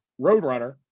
Roadrunner